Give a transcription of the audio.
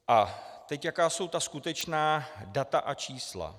A teď jaká jsou ta skutečná data a čísla.